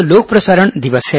कल लोक प्रसारण दिवस है